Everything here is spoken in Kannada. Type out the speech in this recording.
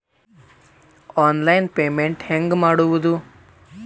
ಆನ್ಲೈನ್ ಪೇಮೆಂಟ್ ಹೆಂಗ್ ಮಾಡೋದು?